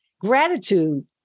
Gratitude